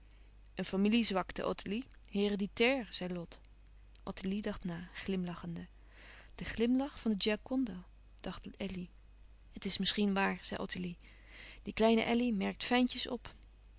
een familiezwakte ottilie hereditair zei lot ottilie dacht na glimlachende de glimlach van de gioconda dacht elly het is misschien waar zei ottilie die kleine elly merkt fijntjes op